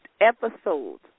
episodes